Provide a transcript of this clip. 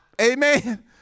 amen